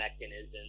mechanism